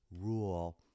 rule